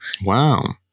Wow